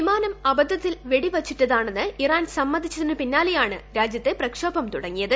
വിമാനം അബദ്ധത്തിൽ വെടിവച്ചിട്ടതാണെന്ന് ഇറാൻ സമ്മതിച്ചതിനു പിന്നാലെയാണ് രാജ്യത്ത് പ്രക്ഷോഭം തുടങ്ങിയത്